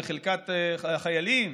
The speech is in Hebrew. לחלקת החיילים,